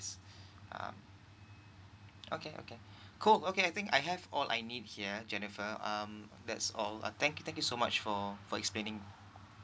um okay okay cool okay I think I have all I need here jennifer um that's all uh thank thank you so much for for explaining